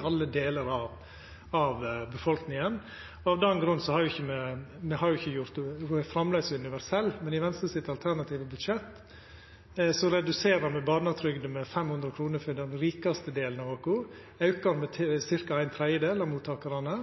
alle delar av befolkninga. Ho er framleis universell, men i det alternative budsjettet til Venstre reduserer me barnetrygda med 500 kr for den rikaste delen av oss, me aukar ho for ca. ein tredjedel av mottakarane,